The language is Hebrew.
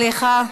סליחה.